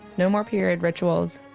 no more period rituals.